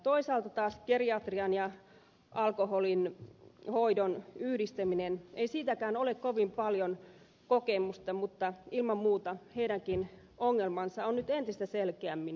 toisaalta taas geriatrian ja alkoholihoidon yhdistämisestä ei siitäkään ole kovin paljon kokemusta mutta ilman muuta heidänkin ongelmansa on nyt entistä selkeämmin huomioitava